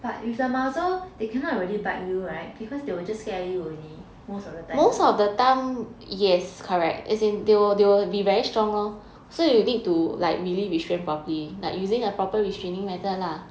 but with the muzzle they cannot already bite you [right] because they will just scare you only most of the time